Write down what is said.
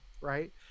right